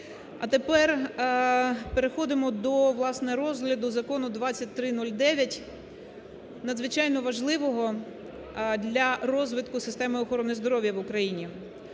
А тепер переходимо до, власне, розгляду закону 2309 надзвичайного важливого для розвитку системи охорони здоров'я в Україні.